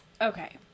Okay